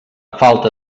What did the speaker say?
falta